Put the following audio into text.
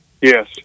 Yes